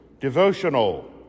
devotional